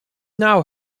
now